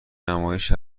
نمایش